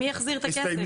ומי יחזיר את הכסף?